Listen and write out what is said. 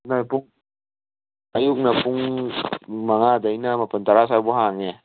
ꯅꯨꯡꯗꯥꯡꯅ ꯄꯨꯡ ꯑꯌꯨꯛꯅ ꯄꯨꯡ ꯃꯉꯥꯗꯒꯤꯅ ꯃꯥꯄꯟ ꯇꯔꯥ ꯁ꯭ꯋꯥꯏꯐꯥꯎ ꯍꯥꯡꯉꯦ